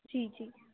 جی جی